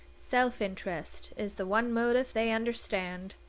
self-interest is the one motive they understand.